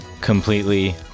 completely